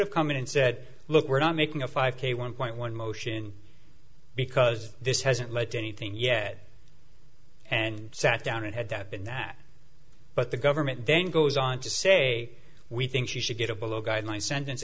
have come in and said look we're not making a five k one point one motion because this hasn't led to anything yet and sat down and had that and that but the government then goes on to say we think you should get a below guideline sentence